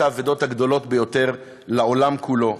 הוא אחת האבדות הגדולות ביותר לעולם כולו.